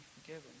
forgiven